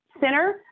center